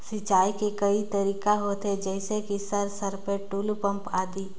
सिंचाई के कई तरीका होथे? जैसे कि सर सरपैट, टुलु पंप, आदि?